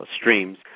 streams